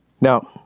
Now